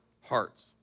hearts